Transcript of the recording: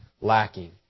lacking